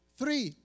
three